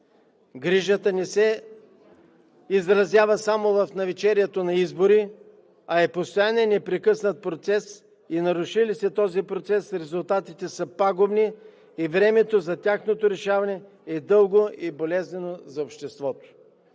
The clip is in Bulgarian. Грижата не се изразява само в навечерието на избори, а е постоянен, непрекъснат процес и наруши ли се този процес, резултатите са пагубни и времето за тяхното решаване е дълго и болезнено за обществото.